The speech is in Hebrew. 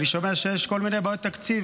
אני שומע שיש כל מיני בעיות תקציב,